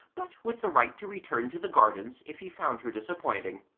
but with the right to return to the gardens if he found her disappointing.